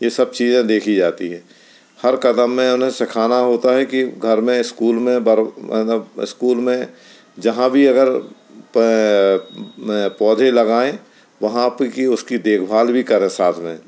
ये सब चीज़ें देखी जाती हैं हर कदम में उन्हें सिखाना होता है कि घर में ईस्कूल में बड़ों मतलब ईस्कूल में जहाँ भी अगर प पौधे लगाए वहाँ पर की उसकी देखभाल भी करे साथ में